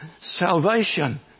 salvation